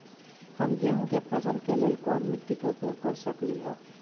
हम गेंहू के फसल के लेल कोन मिट्टी के उपयोग कर सकली ह?